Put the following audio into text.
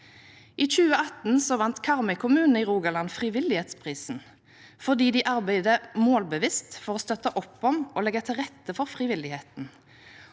I 2018 vant Karmøy kommune i Rogaland frivillighetsprisen, fordi de arbeider målbevisst for å støtte opp om og legge til rette for frivilligheten.